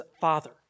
father